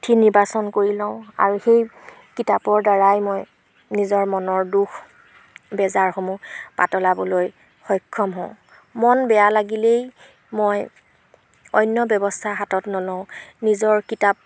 পুথি নিৰ্বাচন কৰি লওঁ আৰু সেই কিতাপৰ দ্বাৰাই মই নিজৰ মনৰ দুখ বেজাৰসমূহ পাতলাবলৈ সক্ষম হওঁ মন বেয়া লাগিলেই মই অন্য ব্যৱস্থা হাতত নলওঁ নিজৰ কিতাপ